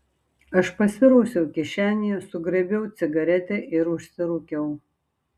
aš pasirausiau kišenėje sugraibiau cigaretę ir užsirūkiau